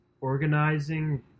organizing